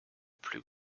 plus